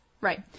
Right